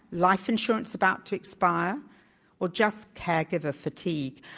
life insurance about to expire or just caregiver fatigue,